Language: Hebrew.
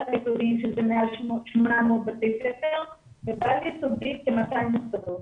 התיכוניים שזה מעל 800 בתי ספר ובעל-יסודי כ-200 מוסדות.